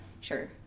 Sure